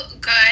good